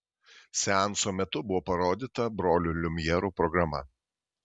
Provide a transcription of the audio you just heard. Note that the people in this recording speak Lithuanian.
seanso metu buvo parodyta brolių liumjerų programa